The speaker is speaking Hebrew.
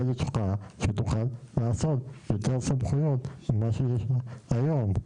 שתוכל לעשות יותר סמכויות ממה שיש לה היום.